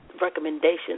recommendations